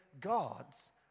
God's